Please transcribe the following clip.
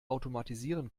automatisieren